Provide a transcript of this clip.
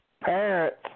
parents